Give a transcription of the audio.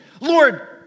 Lord